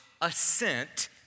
assent